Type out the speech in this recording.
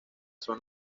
son